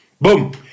Boom